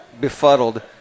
befuddled